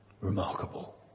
Remarkable